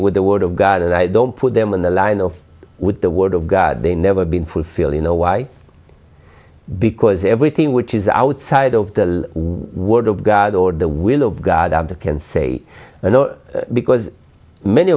with the word of god i don't put them in the line of with the word of god they never been fulfilled you know why because everything which is outside of the word of god or the will of god and can say and because many